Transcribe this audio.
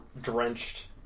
drenched